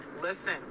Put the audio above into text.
listen